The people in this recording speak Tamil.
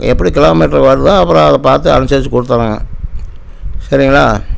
எப்படி கிலோமீட்டர் வருதோ அப்புறம் அதை பார்த்து அனுசரித்து கொடுத்தறோங்க சரிங்களா